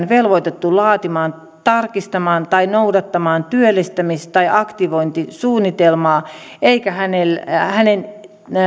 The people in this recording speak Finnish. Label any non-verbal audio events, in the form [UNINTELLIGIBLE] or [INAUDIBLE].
[UNINTELLIGIBLE] velvoitettu laatimaan tarkistamaan tai noudattamaan työllistämis tai aktivointisuunnitelmaa eikä hänen